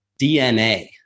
DNA